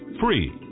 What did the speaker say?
free